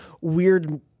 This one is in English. weird